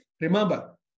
remember